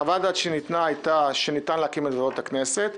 חוות הדעת הייתה שניתן להקים את ועדות הכנסת.